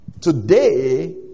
today